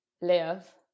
live